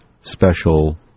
special